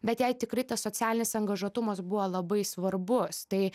bet jai tikrai tas socialinis angažuotumas buvo labai svarbus tai